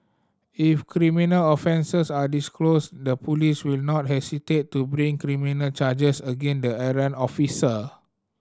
if criminal offences are disclosed the police will not hesitate to bring criminal charges again the errant officer